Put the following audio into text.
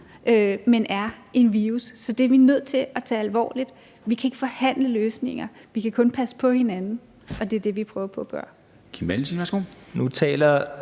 men en virus. Så det er vi nødt til at tage alvorligt, vi kan ikke forhandle løsninger, vi kan kun passe på hinanden, og det er det, vi prøver på at gøre. Kl. 14:33 Formanden